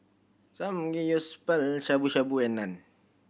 Shabu Shabu and Naan